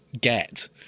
get